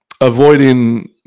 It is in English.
avoiding